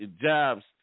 jobs